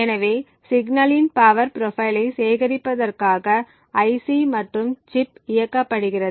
எனவே சிக்னலின் பவர் ப்ரொபைலை சேகரிப்பதற்காக ஐ சி மற்றும் சிப் இயக்கப்படுகிறது